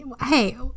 hey